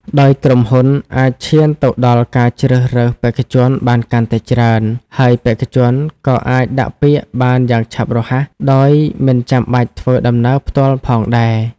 ដោយក្រុមហ៊ុនអាចឈានទៅដល់ការជ្រើសរើសបេក្ខជនបានកាន់តែច្រើន ហើយបេក្ខជនក៏អាចដាក់ពាក្យបានយ៉ាងឆាប់រហ័ស ដោយមិនចាំបាច់ធ្វើដំណើរផ្ទាល់ផងដែរ។